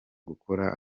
gukora